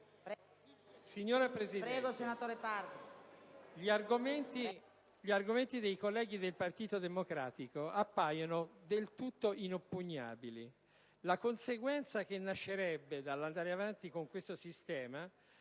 Signora Presidente, gli argomenti dei colleghi del Partito Democratico appaiono del tutto inoppugnabili. La conseguenza che nascerebbe dal proseguire con questo sistema